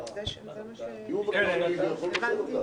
נעולה.